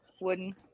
wooden